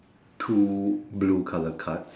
two blue colour cards